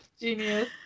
Genius